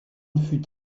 fut